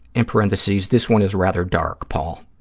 in parentheses, this one is rather dark, paul.